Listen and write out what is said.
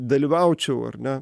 dalyvaučiau ar ne